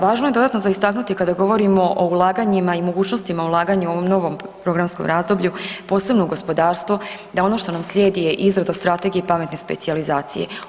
Važno je dodatno za istaknuti kada govorimo o ulaganjima i mogućnostima ulaganja u ovom novom programskom razdoblju, posebno gospodarstvo, da ono što nam slijedi je izrada strategije pametne specijalizacije.